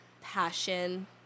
passion